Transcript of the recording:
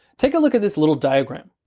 take a look at this little diagram.